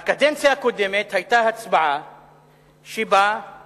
בקדנציה הקודמת היתה הצבעה שבה העבירו את